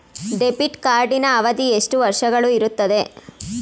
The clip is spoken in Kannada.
ಡೆಬಿಟ್ ಕಾರ್ಡಿನ ಅವಧಿ ಎಷ್ಟು ವರ್ಷಗಳು ಇರುತ್ತದೆ?